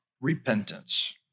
repentance